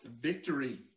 victory